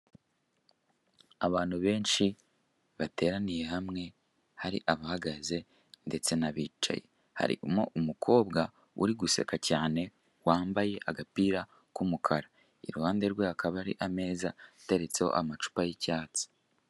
Abantu benshi bateraniye hamwe hari abahagaze ndetse n'abicaye. Harimo umukobwa uri guseka cyane wambaye agapira k'umukara iruhande rwe hakaba hari ameza ateretseho amacupa y'icyatsi.